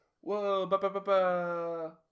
whoa